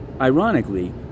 ironically